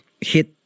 hit